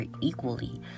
equally